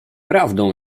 prawdą